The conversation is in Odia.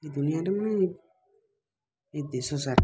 ଏ ଦୁନିଆରୁ ମାନେ ଏ ଦେଶ ସାରା